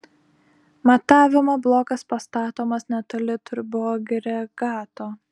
matavimo blokas pastatomas netoli turboagregato